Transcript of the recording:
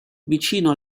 vicino